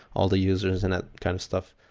all the users and that kind of stuff.